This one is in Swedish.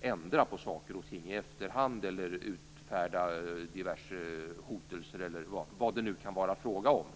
ändra på saker och ting i efterhand eller utfärda diverse hotelser och vad det nu kan vara fråga om.